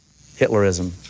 Hitlerism